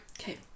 okay